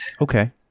Okay